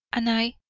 and i,